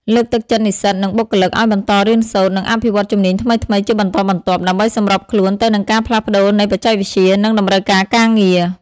លើកទឹកចិត្តនិស្សិត និងបុគ្គលិកឱ្យបន្តរៀនសូត្រ និងអភិវឌ្ឍជំនាញថ្មីៗជាបន្តបន្ទាប់ ដើម្បីសម្របខ្លួនទៅនឹងការផ្លាស់ប្តូរនៃបច្ចេកវិទ្យា និងតម្រូវការការងារ។